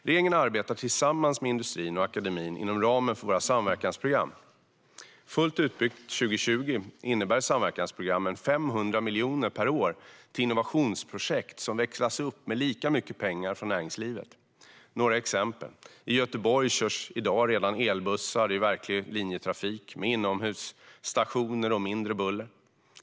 Regeringen arbetar tillsammans med industrin och akademin inom ramen för våra samverkansprogram, som ska vara fullt utbyggda 2020 och innebär 500 miljoner per år till innovationsprojekt som växlas upp med lika mycket pengar från näringslivet. Några exempel: I Göteborg körs redan i dag elbussar i verklig linjetrafik med inomhusstationer och mindre buller.